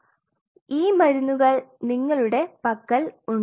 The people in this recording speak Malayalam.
അതിനാൽ ഈ മരുന്നുകൾ നിങ്ങളുടെ പക്കൽ ഉണ്ട്